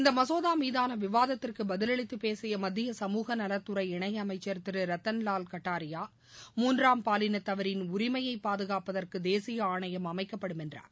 இந்த மசோதா மீதான விவாதத்திற்கு பதிலளித்து பேசிய மத்திய சமூக நலத்துறை இணை அமைச்சா் திரு ரத்தன்லால் கட்டாரியா மூன்றாம் பாலினத்தவரின் உரிமையை பாதுகாப்பதற்கு தேசிய ஆணையம் அமைக்கப்படும் என்றார்